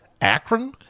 Akron